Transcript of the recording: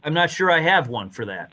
i'm not sure i have one for that